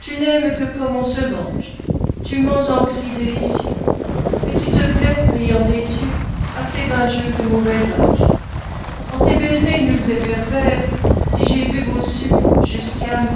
tu n'aimes que comme on se venge tu mens en cris délicieux et tu te plais riant des cieux à ces vains jeux de mauvais ange en tes baisers nuls et pervers si j'ai bu vos sucs jusquiames